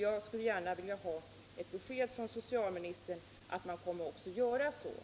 Jag vill gärna ha besked från socialministern om detta politiska ansvar kommer att tas.